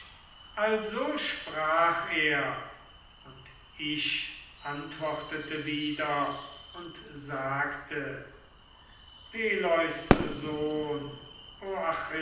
also sprach er und ich antwortete wieder und sagte peleus sohn